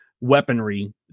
weaponry